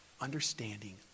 understanding